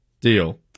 Deal